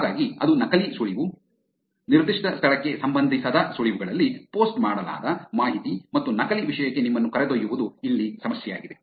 ಹಾಗಾಗಿ ಅದು ನಕಲಿ ಸುಳಿವು ನಿರ್ದಿಷ್ಟ ಸ್ಥಳಕ್ಕೆ ಸಂಬಂಧಿಸದ ಸುಳಿವುಗಳಲ್ಲಿ ಪೋಸ್ಟ್ ಮಾಡಲಾದ ಮಾಹಿತಿ ಮತ್ತು ನಕಲಿ ವಿಷಯಕ್ಕೆ ನಿಮ್ಮನ್ನು ಕರೆದೊಯ್ಯುವುದು ಇಲ್ಲಿ ಸಮಸ್ಯೆಯಾಗಿದೆ